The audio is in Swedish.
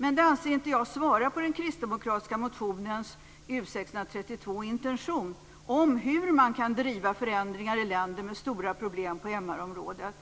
Men det anser inte jag svarar på den kristdemokratiska motionens, U632, intention om hur man kan driva förändringar i länder med stora problem på MR området.